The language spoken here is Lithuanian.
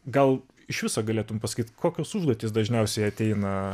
gal iš viso galėtum pasakyti kokios užduotys dažniausiai ateina